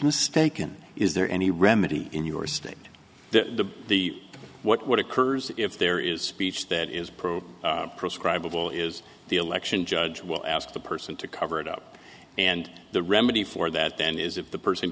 mistaken is there any remedy in your state the the what occurs if there is speech that is pro prescribable is the election judge will ask the person to cover it up and the remedy for that then is if the person